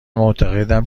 معتقدم